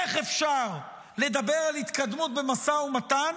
איך אפשר לדבר על התקדמות במשא ומתן